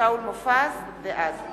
שטרית.